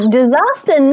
disaster